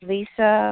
Lisa